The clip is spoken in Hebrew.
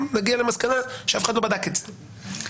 שנגיע למסקנה שאף אחד לא בדק את זה.